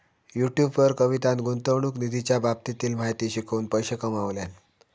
YouTube वर कवितान गुंतवणूक निधीच्या बाबतीतली माहिती शिकवून पैशे कमावल्यान